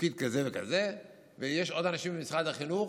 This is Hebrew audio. בתפקיד כזה וכזה, ויש עוד אנשים במשרד החינוך.